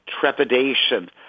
trepidation